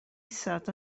isod